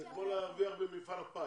זה כמו להרוויח במפעל הפיס.